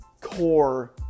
core